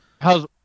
how's